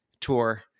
tour